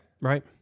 right